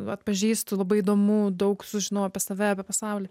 atpažįstu labai įdomu daug sužinojau apie save apie pasaulį